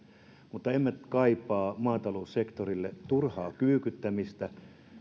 mutta emme kaipaa maataloussektorille turhaa kyykyttämistä